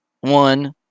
one